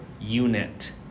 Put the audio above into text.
unit